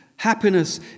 Happiness